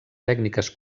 tècniques